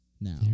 now